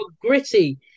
gritty